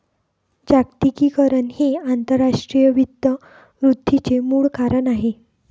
जागतिकीकरण हे आंतरराष्ट्रीय वित्त वृद्धीचे मूळ कारण आहे